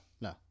no